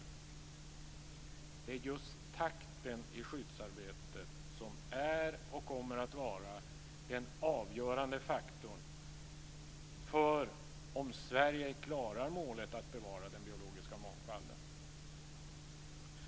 Det är just takten i skyddsarbetet som är och kommer att vara den avgörande faktorn för om Sverige klarar målet att bevara den biologiska mångfalden.